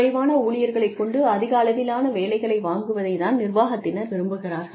குறைவான ஊழியர்களைக் கொண்டு அதிக அளவிலான வேலைகளை வாங்குவதைத் தான் நிர்வாகத்தினர் விரும்புகிறார்கள்